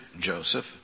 Joseph